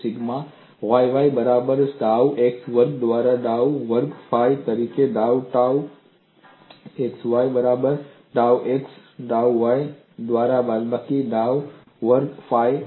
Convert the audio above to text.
sigma yy બરાબર ડાઉ x વર્ગ દ્વારા ડાઉ વર્ગ ફાઇ અને ટાઉ xy બરાબર ડાઉ x ડાઉ y દ્વારા બાદબાકી ડાઉ વર્ગ ફાઇ